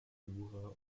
jura